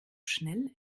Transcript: schnell